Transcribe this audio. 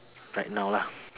right now lah